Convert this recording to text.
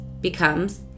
becomes